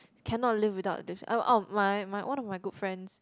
cannot live without lipstick I'll I'll my my one of my good friends